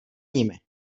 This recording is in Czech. nimi